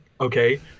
Okay